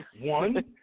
One